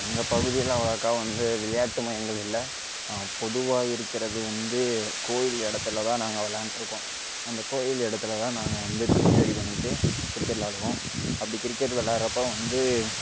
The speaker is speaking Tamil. எங்கள் பகுதியில் அவ்வளக்கா வந்து விளையாட்டு மையங்கள் இல்லை பொதுவாக இருக்கின்றது வந்து கோவில் இடத்துல தான் நாங்கள் விளாண்ட்ருக்கோம் அந்த கோவில் இடத்துல தான் நாங்கள் வந்து பிச் ரெடி பண்ணிகிட்டு கிரிக்கெட் விளாடுவோம் அப்படி கிரிக்கெட் விளாட்றப்போ வந்து